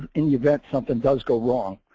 in the event something does go wrong.